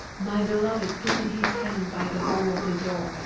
my beloved put in his hand by the hole of the door,